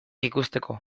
ikusteko